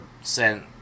sent